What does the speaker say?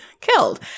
killed